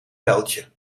pijltje